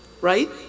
right